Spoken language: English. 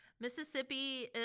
Mississippi